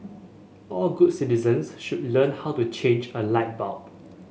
all good citizens should learn how to change a light bulb